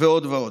ועוד ועוד.